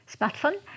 smartphone